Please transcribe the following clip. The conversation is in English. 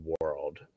world